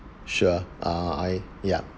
sure uh I yup